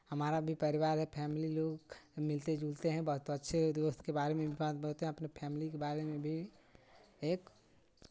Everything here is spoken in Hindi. हमारा भी परिवार है फैमिली लोग मिलते जुलते हैं बहुत अच्छे दोस्त के बारे में भी बात बोलते हैं अपने फैमिली के बारे में भी एक